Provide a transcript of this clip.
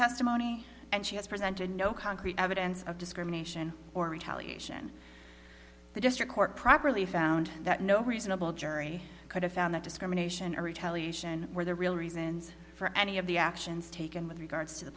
testimony and she has presented no concrete evidence of discrimination or retaliation the district court properly found that no reasonable jury could have found that discrimination or retaliation were the real reasons for any of the actions taken with regards to the